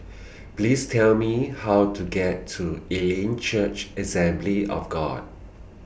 Please Tell Me How to get to Elim Church Assembly of God